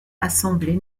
assemblée